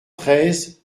treize